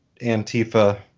Antifa